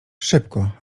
szybko